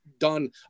done